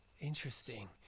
Interesting